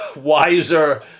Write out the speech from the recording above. wiser